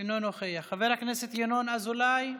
אינו נוכח, חבר הכנסת ינון אזולאי,